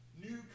new